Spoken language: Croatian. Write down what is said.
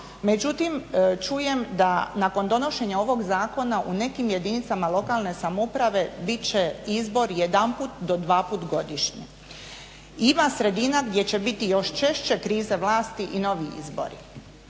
međutim čujem da nakon donošenja ovog zakona u nekim jedinicama lokalne samouprave bit će izbor jedanput do dvaput godišnje. Ima sredina gdje će biti još češće kriza vlasti i novi izbori.